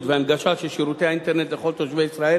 וההנגשה של שירותי האינטרנט לכל תושבי ישראל